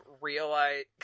realize